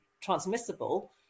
transmissible